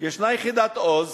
ישנה יחידת "עוז",